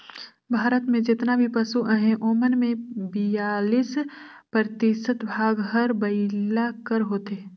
भारत में जेतना भी पसु अहें ओमन में बियालीस परतिसत भाग हर बइला कर होथे